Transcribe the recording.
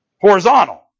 horizontal